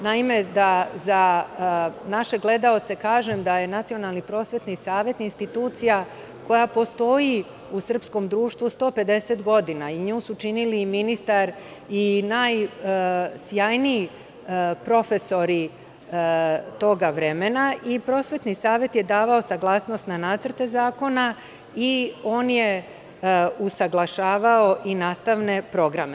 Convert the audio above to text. Naime, da za naše gledaoce kažem da je Nacionalni prosvetni savet institucija koja postoji u srpskom društvu 150 godina i nju su činili i ministar i najsjajniji profesori tog vremena i Prosvetni savet je davao saglasnost na nacrte zakona i on je usaglašavao i nastavne programe.